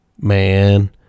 Man